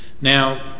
Now